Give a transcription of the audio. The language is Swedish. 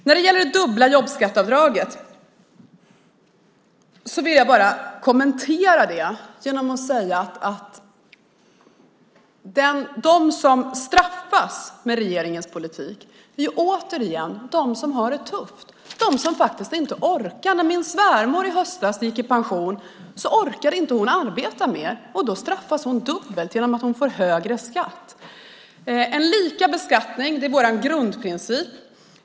När det gäller det dubbla jobbskatteavdraget vill jag göra kommentaren att de som straffas med regeringens politik återigen är de som har det tufft, de som inte orkar. När min svärmor i höstas gick i pension orkade hon inte arbeta mer. Då straffas hon dubbelt genom att hon får högre skatt. Lika beskattning är vår grundprincip.